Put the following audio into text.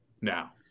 now